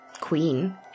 Queen